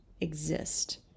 exist